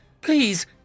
please